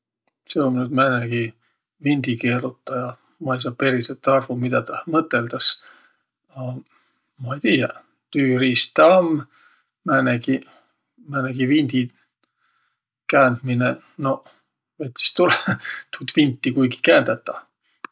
Seo um nüüd määnegi vindikeerotaja. Ma ei saaq periselt arvo, midä tah mõtõldas. A ma tiiä, tüüriist tä um. Määnegi, määnegi vindikäändmine. Noq, vet sis tulõ tuud vinti kuigi käändäq tah.